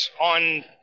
on